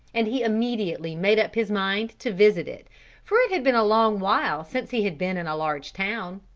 and he immediately made up his mind to visit it for it had been a long while since he had been in a large town.